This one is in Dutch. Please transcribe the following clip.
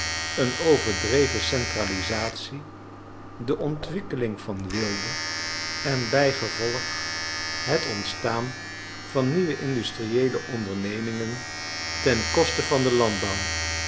een overdreven centralisatie de ontwikkeling van weelde en bijgevolg het ontstaan van nieuwe industriëele ondernemingen ten koste van den landbouw